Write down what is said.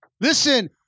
Listen